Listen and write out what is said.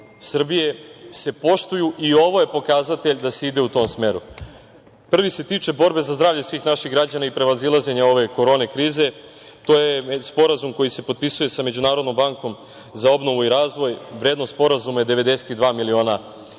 Srbije se poštuju i ovo je pokazatelj da se ide u tom smeru. Prvi se tiče borbe za zdravlje svih naših građana i prevazilaženja ove korona krize. To je sporazum koji se potpisuje sa Međunarodnom bankom za obnovu i razvoj. Vrednost sporazuma je 92 miliona